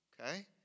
okay